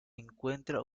encuentra